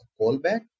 callback